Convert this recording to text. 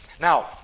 Now